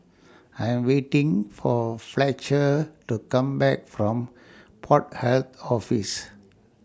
I Am waiting For Fletcher to Come Back from Port Health Office